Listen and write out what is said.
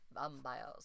vampires